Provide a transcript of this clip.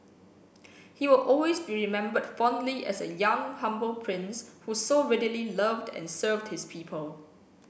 he will always be remembered fondly as a young humble prince who so readily loved and served his people